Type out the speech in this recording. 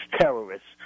terrorists